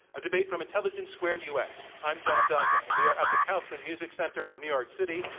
a debate from intelligence squared u. s. i'm john donvan. we are at the kaufman music center in new york city.